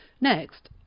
Next